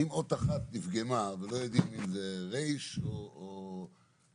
אם אות אחת נפגמה ולא יודעים אם זה ר' או ו',